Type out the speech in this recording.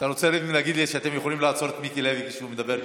אתם רוצים להגיד לי שאתם יכולים לעצור את מיקי לוי כשהוא מדבר ככה?